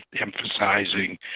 emphasizing